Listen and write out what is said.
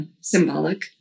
symbolic